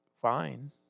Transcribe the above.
fine